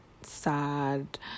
sad